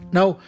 Now